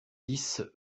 dix